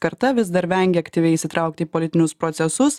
karta vis dar vengia aktyviai įsitraukti į politinius procesus